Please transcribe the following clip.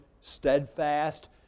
steadfast